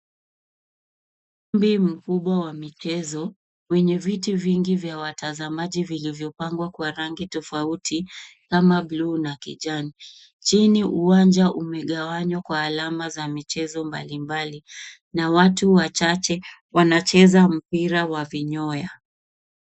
Ukumbi mkubwa wa michezo wenye viti vingi vya watazamaji vilivyopangwa kwa rangi tofauti kama bluu na kijani. Chini uwanja umegawanywa kwa alama za michezo mbalimbali na watu wachache wanacheza mpira wa vinyoya.